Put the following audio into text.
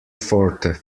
forte